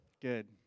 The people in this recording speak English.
good